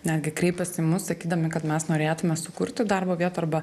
netgi kreipiasi į mus sakydami kad mes norėtume sukurti darbo vietų arba